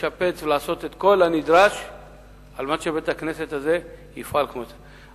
לשפץ ולעשות את כל הנדרש על מנת שבית-הכנסת הזה יפעל כמו שצריך.